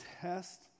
test